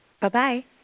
Bye-bye